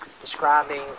describing